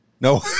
No